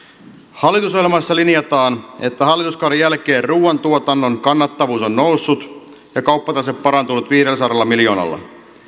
hallitusohjelmassa linjataan että hallituskauden jälkeen ruuantuotannon kannattavuus on noussut ja kauppatase parantunut viidelläsadalla miljoonalla